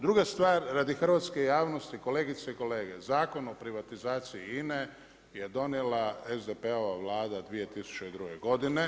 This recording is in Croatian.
Druga stvar radi hrvatske javnosti, kolegice i kolege, Zakon o privatizaciji INA-e je donijela SDP-ova Vlada 2002. godine.